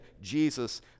Jesus